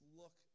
look